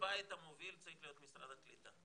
בעל הבית המוביל צריך להיות משרד הקליטה,